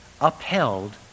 upheld